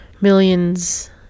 millions